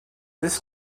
this